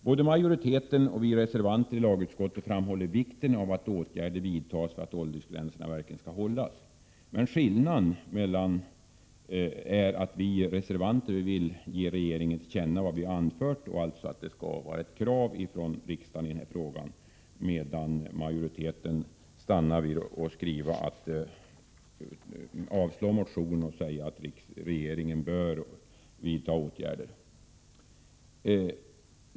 Både majoriteten och vi reservanter i lagutskottet har framhållit vikten av att åtgärder vidtas, så att åldersgränserna verkligen hålls. Skillnaden är att vi reservanter vill ge regeringen till känna vad vi har anfört, det skall alltså vara ett krav från riksdagen, medan majoriteten avstyrker motionen och skriver att regeringen bör vidta åtgärder.